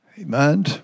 amen